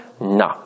No